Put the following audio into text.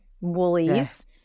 Woolies